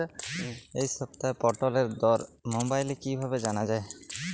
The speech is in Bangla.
এই সপ্তাহের পটলের দর মোবাইলে কিভাবে জানা যায়?